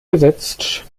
gesetzt